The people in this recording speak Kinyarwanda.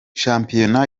shampiyona